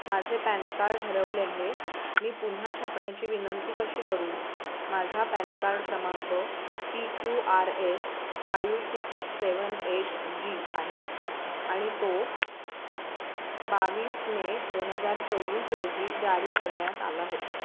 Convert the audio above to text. माझे PAN card हरवले आहे मी पुन्हा छापण्याची विनंती कशी करू माझा पॅन कार्ड क्रमांक P Q R S five six seven eight G आहे आणि तो बावीस मे दोन हजार चो वीस रोजी जारी करण्यात आला होता